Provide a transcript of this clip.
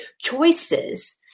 choices